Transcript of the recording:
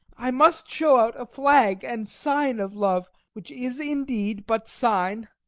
i must show out a flag and sign of love, which is indeed but sign.